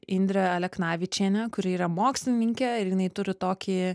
indrę aleknavičienę kuri yra mokslininkė ir jinai turi tokį